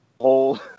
whole